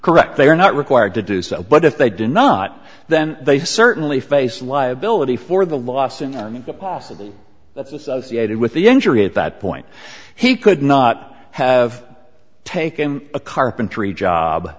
correct they are not required to do so but if they did not then they certainly face liability for the loss and the possible that's associated with the injury at that point he could not have taken a carpentry job